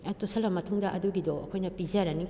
ꯇꯣꯠꯁꯤꯜꯂ ꯃꯇꯨꯡꯗ ꯑꯗꯨꯒꯤꯗꯣ ꯑꯩꯈꯣꯏꯅ ꯄꯤꯖꯔꯅꯤ